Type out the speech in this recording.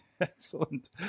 Excellent